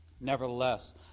Nevertheless